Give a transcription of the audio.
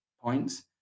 points